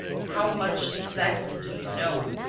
how much exactly do you know?